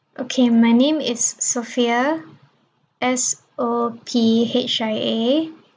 okay my name is sophia S O P H I A